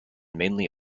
mainly